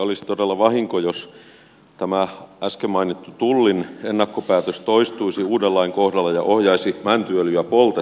olisi todella vahinko jos tämä äsken mainittu tullin ennakkopäätös toistuisi uuden lain kohdalla ja ohjaisi mäntyöljyä poltettavaksi